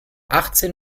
achtzehn